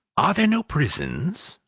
are there no prisons?